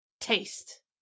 taste